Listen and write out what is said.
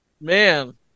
Man